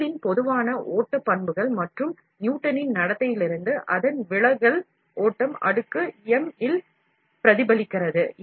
பொருளின் பொதுவான ஓட்ட பண்புகள் மற்றும் நியூட்டனின் பண்பியல்பு லிருந்து அதன் விலகல் ஓட்டம் அடுக்கு m இல் பிரதிபலிக்கிறது